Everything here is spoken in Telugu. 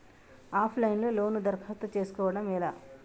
ఆఫ్ లైన్ లో లోను దరఖాస్తు చేసుకోవడం ఎలా?